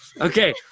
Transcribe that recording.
Okay